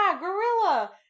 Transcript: gorilla